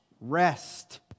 Rest